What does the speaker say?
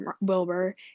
Wilbur